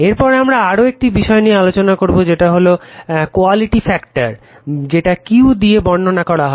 এরপর আমারা আরও একটি বিষয় নিয়ে আলোচনা করবো যেটা হলো কোয়ালিটি ফ্যাক্টার যেটা Q দিয়ে বর্ণনা করা হয়